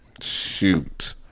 shoot